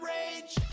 Rage